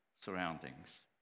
surroundings